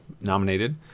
nominated